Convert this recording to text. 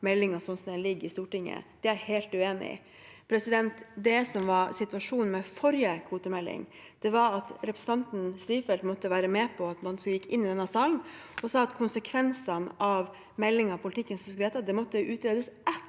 meldingen slik den foreligger i Stortinget. Det er jeg helt uenig i. Det som var situasjonen med forrige kvotemelding, var at representanten Strifeldt måtte være med på at man gikk inn i denne salen og sa at konsekvensene av meldingen og politikken som skulle vedtas, måtte utredes